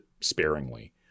sparingly